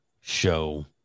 show